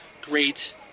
great